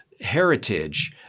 heritage